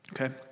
Okay